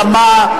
שאמה,